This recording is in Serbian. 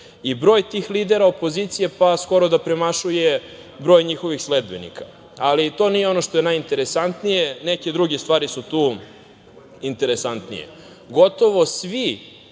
Broj tih lidera opozicije skoro da premašuje broj njihovih sledbenika. Ali, to nije ono što je najinteresantnije, neke druge stvari su tu interesantnije. Gotovo